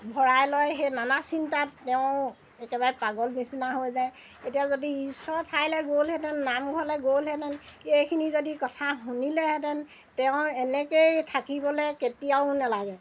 ভৰাই লয় সেই নানা চিন্তাত তেওঁ একেবাৰে পাগল নিচিনা হৈ যায় এতিয়া যদি ঈশ্বৰৰ ঠাইলৈ গ'লহেঁতেন নামঘৰলৈ গ'লহেঁতেন এইখিনি যদি কথা শুনিলেহেঁতেন তেওঁ এনেকৈয়ে থাকিবলৈ কেতিয়াও নেলাগে